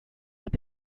have